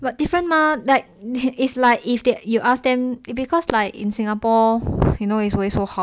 but different mah like it's like if it's like you ask them because like in singapore you know it's always so hot